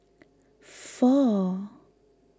four